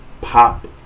Pop